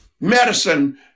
medicine